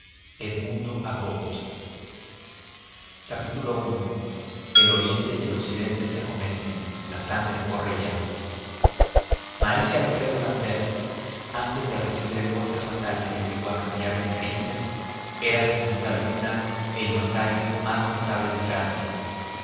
i el oriente y el occidente se acometen la sangre corre ya maese alfredo l'ambert antes de recibir el golpe fatal que le obligó a cambiar de narices era sin duda alguna el notario más notable de francia